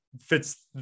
fits